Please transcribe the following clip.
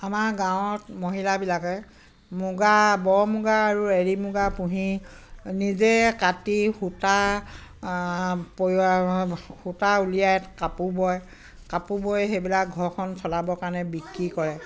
আমাৰ গাঁৱত মহিলাবিলাকে মুগা বৰ মুগা আৰু এৰী মুগা পুহি নিজে কাটি সূতা সূতা উলিয়াই কাপোৰ বয় কাপোৰ বৈ সেইবিলাক ঘৰখন চলাবৰ কাৰণে বিক্ৰী কৰে